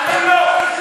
אני לא.